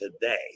today